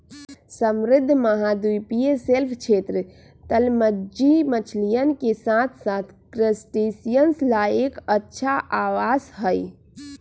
समृद्ध महाद्वीपीय शेल्फ क्षेत्र, तलमज्जी मछलियन के साथसाथ क्रस्टेशियंस ला एक अच्छा आवास हई